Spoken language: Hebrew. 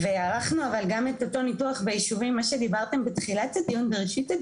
וערכנו אבל גם את אותו ניתוח ביישובים מה שדיברתם בראשית הדיון,